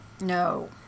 No